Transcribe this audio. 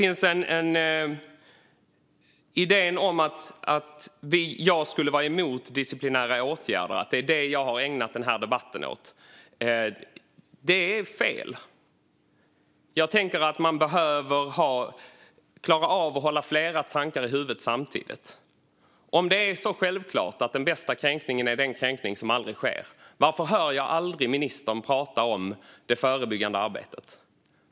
Idén om att jag skulle vara emot disciplinära åtgärder och att det är detta jag har ägnat den här debatten åt, den är fel. Jag tänker att man behöver klara av att hålla flera tankar i huvudet samtidigt. Om det är så självklart att den bästa kränkningen är den som aldrig sker, varför hör jag då aldrig ministern prata om det förebyggande arbetet?